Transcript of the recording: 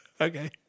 Okay